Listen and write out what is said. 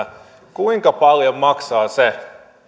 kuinka paljon maksaa se